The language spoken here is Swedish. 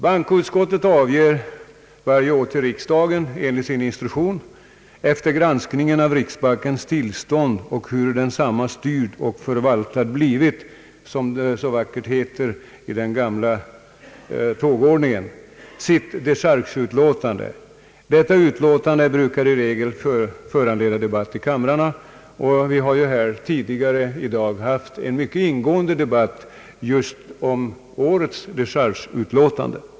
Bankoutskottet avger varje år till riksdagen enligt sin instruktion »efter granskningen av riksbankens tillkomst och huru densamma styrd och förvaltad blivit», som det så vackert heter enligt den gamla formuleringen, sitt dechargeutlåtande. Detta utlåtande brukar föranleda debatt i kamrarna, och vi har ju här tidigare i dag haft en mycket ingående debatt just om årets dechargeutlåtande.